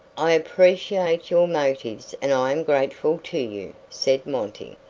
i appreciate your motives and i am grateful to you, said monty.